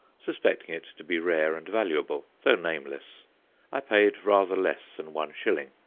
suspecting it to be rare and valuable, though nameless i paid rather less than one shilling.